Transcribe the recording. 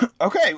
Okay